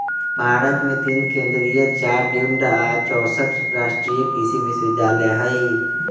भारत मे तीन केन्द्रीय चार डिम्ड आ चौसठ राजकीय कृषि विश्वविद्यालय हई